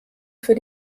für